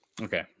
Okay